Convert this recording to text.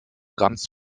ganz